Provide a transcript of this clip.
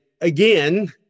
again